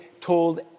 told